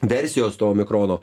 versijos to omikrono